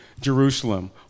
Jerusalem